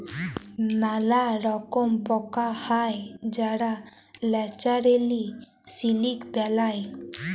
ম্যালা রকম পকা হ্যয় যারা ল্যাচারেলি সিলিক বেলায়